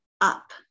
up